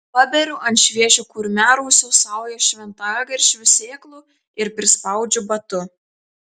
paberiu ant šviežio kurmiarausio saują šventagaršvių sėklų ir prispaudžiu batu